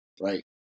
Right